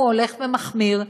הוא הולך ומחמיר,